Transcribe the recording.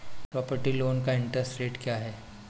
Property loan का interest rate क्या है?